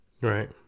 Right